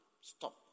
stop